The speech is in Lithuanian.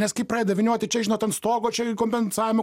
nes kai pradeda vynioti čia žinot ant stogo čia kompensavimo